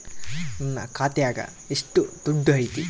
ನನ್ನ ಖಾತ್ಯಾಗ ಎಷ್ಟು ದುಡ್ಡು ಐತಿ?